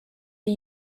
die